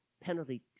penalty